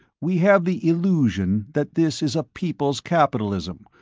we have the illusion that this is a people's capitalism,